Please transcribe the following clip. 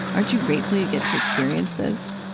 aren't you grateful you get to experience this?